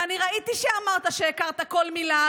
ואני ראיתי שאמרת שהכרת כל מילה.